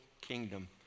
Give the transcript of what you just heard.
Kingdom